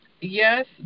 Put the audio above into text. yes